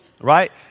right